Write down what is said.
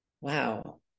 wow